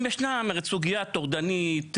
אם ישנה סוגיה טורדנית,